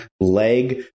leg